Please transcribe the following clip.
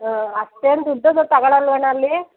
ಹಾಂ ಅಷ್ಟೇನು ದುಡ್ಡನ್ನೂ ತಗೊಳಲ್ವಾ ಅಣ್ಣ ಅಲ್ಲಿ